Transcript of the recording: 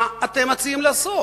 מה אתם מציעים לעשות?